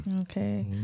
Okay